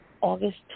August